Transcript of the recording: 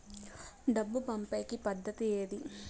డబ్బు పంపేకి పద్దతి ఏది